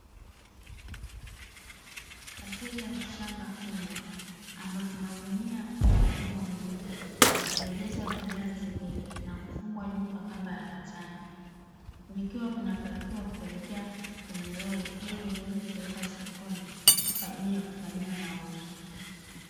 Katika shamba kubwa, ambapo magunia makubwa meupe yaliyojazwa viazi vingi na kufungwa juu kwa kamba ya katani, vikiwa vinapakiwa kuelekea kwenye lori, ili viweze kupelekwa sokoni kwa ajili ya kufanyiwa mauzo.